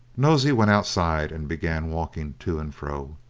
nosey went outside, and began walking to and fro,